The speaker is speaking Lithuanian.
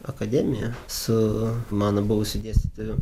akademija su mano buvusiu dėstytoju